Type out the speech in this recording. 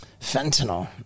fentanyl